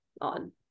on